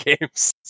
games